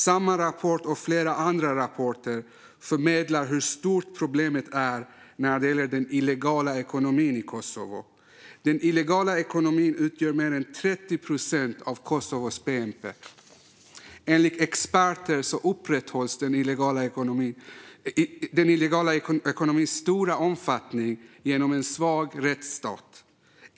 Samma rapport, och flera andra rapporter, förmedlar hur stort problemet är när det gäller den illegala ekonomin i Kosovo. Den illegala ekonomin utgör mer än 30 procent av Kosovos bnp. Enligt experter upprätthålls en illegal ekonomi av den omfattningen av en svag rättsstat.